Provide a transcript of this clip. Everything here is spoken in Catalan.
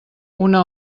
una